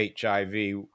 HIV